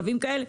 קווים כאלה,